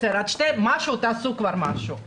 תעשו כבר משהו.